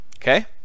Okay